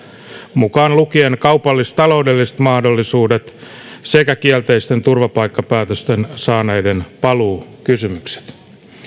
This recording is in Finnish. mukaan lukien kaupallis taloudelliset mahdollisuudet sekä kielteisten turvapaikkapäätösten saaneiden paluukysymykset